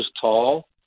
tall